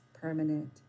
permanent